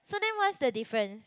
so then what's the difference